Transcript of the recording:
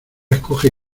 escoge